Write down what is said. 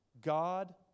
God